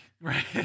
right